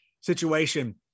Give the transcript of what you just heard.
situation